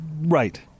Right